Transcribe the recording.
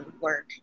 work